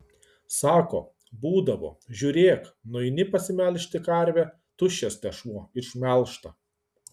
sako būdavo žiūrėk nueini pasimelžti karvę tuščias tešmuo išmelžta